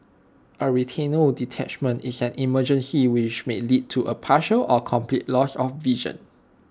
A retinal detachment is an emergency which may lead to A partial or complete loss of vision